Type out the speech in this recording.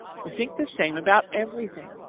we think the same about everything